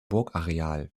burgareal